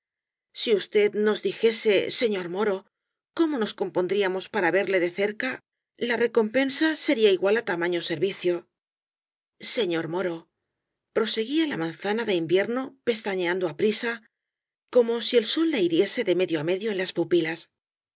si usted nos dijese señor moro cómo nos compondríamos para verle de cerca la recompensa sería igual á tamaño servicio señor moro proseguía la manzana de invierno pestañeando aprisa como si el sol la hiriese de medio á medio en las pupilas